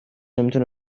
نمیتونه